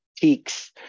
peaks